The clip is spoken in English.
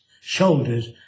shoulders